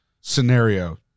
scenario